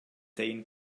saying